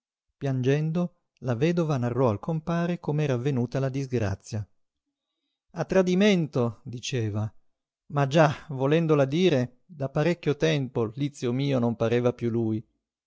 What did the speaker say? piangendo la vedova narrò al compare com'era avvenuta la disgrazia a tradimento diceva ma già volendola dire da parecchio tempo lizio mio non pareva piú lui